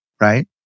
Right